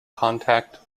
contact